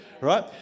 right